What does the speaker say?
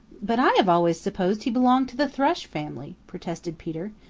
but i have always supposed he belonged to the thrush family, protested peter.